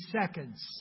seconds